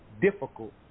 difficult